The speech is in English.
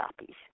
copies